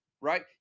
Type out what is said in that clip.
right